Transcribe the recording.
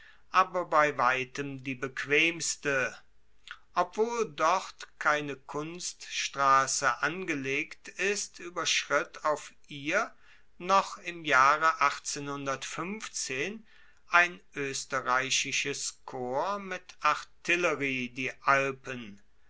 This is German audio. aber bei weitem die bequemste obwohl dort keine kunststrasse angelegt ist ueberschritt auf ihr noch im jahre ein oesterreichisches korps mit artillerie die alpen